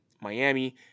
Miami